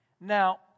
Now